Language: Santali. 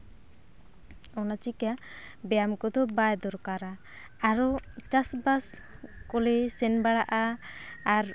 ᱚᱱᱟ ᱪᱤᱠᱟᱹ ᱵᱮᱭᱟᱢ ᱠᱚᱫᱚ ᱵᱟᱭ ᱫᱚᱨᱠᱟᱨᱟ ᱟᱨᱚ ᱪᱟᱥᱼᱵᱟᱥ ᱠᱚᱞᱮ ᱥᱮᱱ ᱵᱟᱲᱟᱜᱼᱟ ᱟᱨ